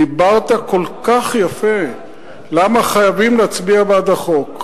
דיברת כל כך יפה למה חייבים להצביע בעד החוק.